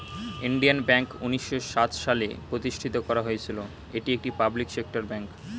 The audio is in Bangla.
ইন্ডিয়ান ব্যাঙ্ক উন্নিশো সাত সালে প্রতিষ্ঠিত করা হয়েছিল, এটি একটি পাবলিক সেক্টর ব্যাঙ্ক